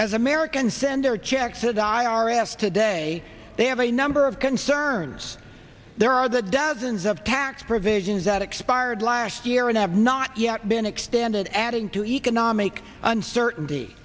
as americans send their check to the i r s today they have a number of concerns there are the dozens of tax provisions that expired last year and have not yet been extended adding to economic uncertainty